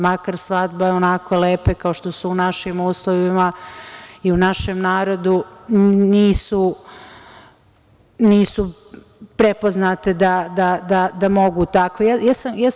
Makar svadbe onako lepe kao što su u našim uslovima i u našem narodu nisu prepoznate da mogu takve biti.